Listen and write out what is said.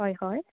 হয় হয়